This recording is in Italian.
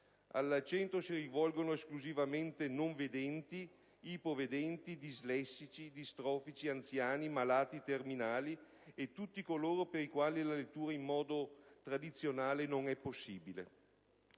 Al Centro si rivolgono esclusivamente non vedenti, ipovedenti, dislessici, distrofici, anziani, malati terminali e tutti coloro per i quali la lettura in modo tradizionale non è possibile;